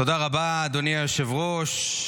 תודה רבה, אדוני היושב-ראש.